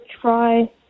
try